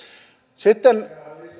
sitten